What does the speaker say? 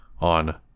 on